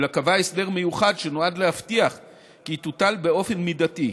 אלא קבע הסדר מיוחד שנועד להבטיח כי היא תוטל באופן מידתי.